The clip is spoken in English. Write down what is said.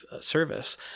service